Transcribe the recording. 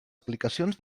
aplicacions